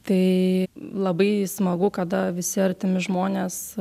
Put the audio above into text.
tai labai smagu kada visi artimi žmonės